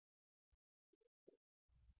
पूर्वी एकूण खर्च किती होता